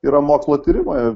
yra mokslo tirimo